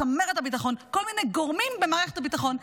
צמרת הביטחון,